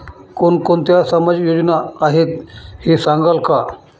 कोणकोणत्या सामाजिक योजना आहेत हे सांगाल का?